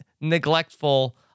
neglectful